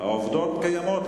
העובדות קיימות,